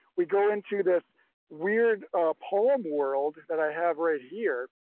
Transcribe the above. we go into this weird poem world that i have right here.